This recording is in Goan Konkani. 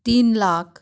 तीन लाख